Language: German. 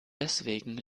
deswegen